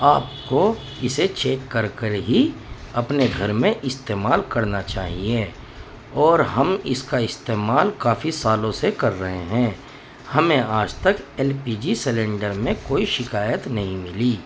آپ کو اسے چیک کر کر ہی اپنے گھر میں استعمال کرنا چاہیے اور ہم اس کا استعمال کافی سالوں سے کر رہے ہیں ہمیں آج تک ایل پی جی سلینڈر میں کوئی شکایت نہیں ملی